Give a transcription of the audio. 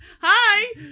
Hi